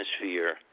atmosphere